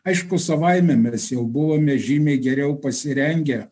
aišku savaime mes jau buvome žymiai geriau pasirengę